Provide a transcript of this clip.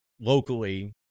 locally